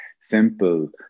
simple